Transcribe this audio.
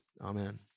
Amen